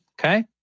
okay